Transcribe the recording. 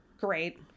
Great